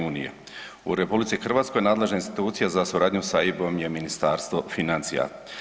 U RH nadležne institucije za suradnju s EIB-om je Ministarstvo financija.